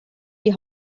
die